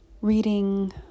reading